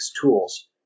tools